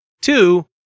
Two